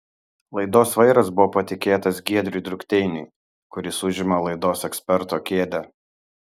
laidos vairas buvo patikėtas giedriui drukteiniui kuris užima laidos eksperto kėdę